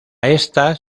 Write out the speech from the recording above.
estas